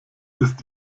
ist